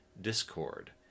discord